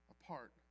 apart